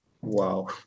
Wow